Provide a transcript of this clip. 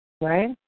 Right